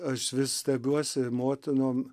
aš vis stebiuosi motinom